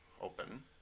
open